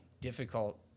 difficult